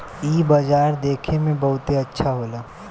इ बाजार देखे में बहुते अच्छा होला